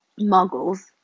muggles